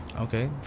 Okay